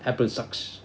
apple sucks